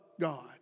God